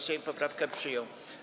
Sejm poprawkę przyjął.